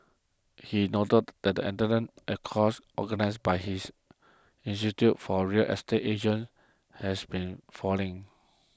he noted that attendance at courses organised by his institute for real estate agents has been falling